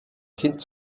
kind